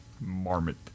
Marmot